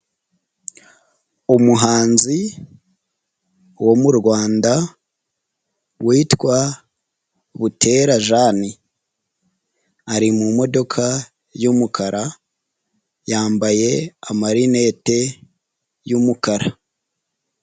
Umuhanzi wo mu Rwanda witwa Butera Jane. Ari mu modoka y'umukara, yambaye amarinete y'umukara.